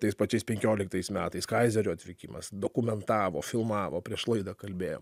tais pačiais penkioliktais metais kaizerio atvykimas dokumentavo filmavo prieš laidą kalbėjom